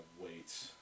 wait